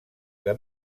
que